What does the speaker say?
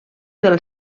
del